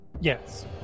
Yes